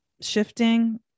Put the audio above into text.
shifting